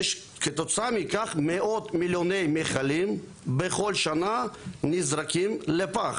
כתוצאה מכך מאות מיליוני מכלים בכל שנה נזרקים לפח.